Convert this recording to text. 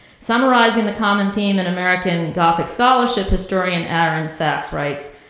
summarizing the common theme in american gothic scholarship, historian aaron sacks writes,